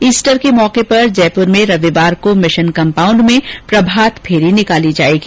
Easter के मौके पर जयपुर में रविवार को मिशन कंपाउण्ड में प्रभात फेरी निकाली जायेगी